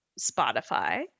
Spotify